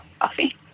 coffee